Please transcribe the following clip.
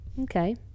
okay